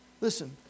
Listen